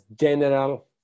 general